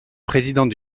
présidente